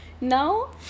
now